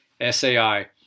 SAI